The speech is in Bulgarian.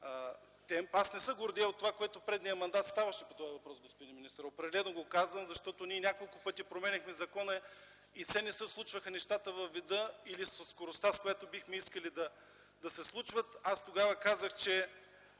темп? Аз не се гордея с това, което предния мандат ставаше по този въпрос, господин министър. Определено го казвам, защото ние няколко пъти променяхме закона и все не се случваха нещата във вида или със скоростта, с която бихме искали да се случват. Тогава аз